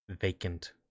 vacant